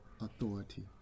authority